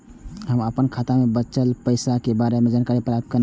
हम अपन खाता में बचल पैसा के बारे में जानकारी प्राप्त केना हैत?